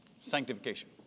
sanctification